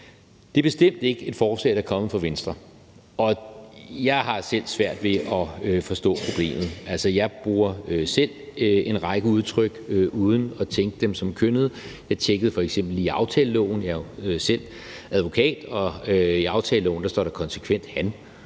Det er bestemt ikke et forslag, der er kommet fra Venstre, og jeg har selv svært ved at forstå problemet. Altså, jeg bruger selv en række udtryk uden at tænke dem som kønnede. Jeg tjekkede f.eks. lige aftaleloven – jeg er jo selv advokat – og i aftaleloven står der konsekvent »han«,